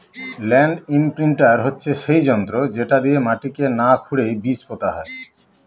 land imprinter হচ্ছে সেই যন্ত্র যেটা দিয়ে মাটিকে না খুরেই বীজ পোতা হয়